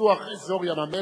כשיגיע לקריאה ראשונה,